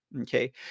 Okay